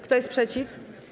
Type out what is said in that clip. Kto jest przeciw?